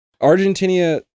Argentina